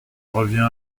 revient